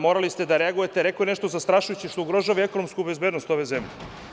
Morali ste da reagujete, rekao je nešto zastrašujuće što ugrožava i ekonomsku bezbednost ove zemlje.